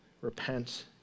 repent